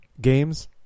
games